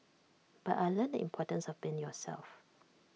but I learnt in importance of being yourself